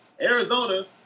Arizona